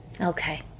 okay